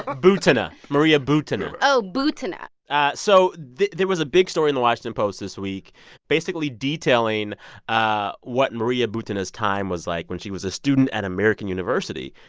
ah butina maria butina oh, butina so there was a big story in the washington post this week basically detailing ah what maria butina's time was like when she was a student at american university.